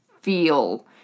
feel